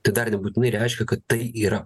tai dar nebūtinai reiškia kad tai yra